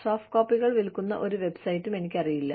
soft കോപ്പികൾ വിൽക്കുന്ന ഒരു വെബ്സൈറ്റും എനിക്കറിയില്ല